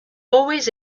always